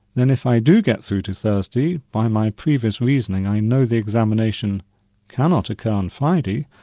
then if i do get through to thursday, by my previous reasoning i know the examination cannot occur on friday,